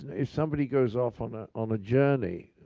if somebody goes off on ah on a journey,